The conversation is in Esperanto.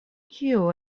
kiu